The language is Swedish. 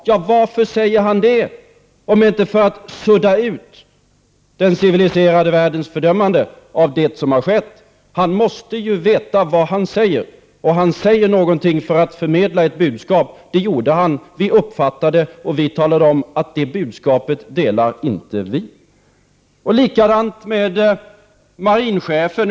Och varför säger han det, om inte för att sudda ut den civiliserade världens fördömande av det som har skett? Han måste ju veta vad han säger, och han säger någonting för att förmedla ett budskap. Det gjorde han — och vi uppfattade det, och vi talade om att vi inte delar det budskapet. jz Det är likadant med marinchefen.